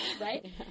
right